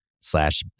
slash